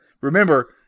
Remember